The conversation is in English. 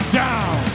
down